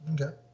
Okay